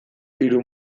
hiru